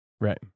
Right